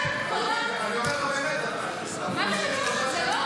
אם אתם מציעים 200, אני אומר לך, בין 50 ל-400,